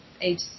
age